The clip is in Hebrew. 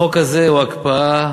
החוק הזה הוא הקפאה,